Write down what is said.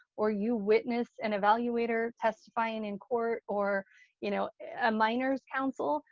or you witnessed an evaluator testifying in court, or you know a minor's counsel,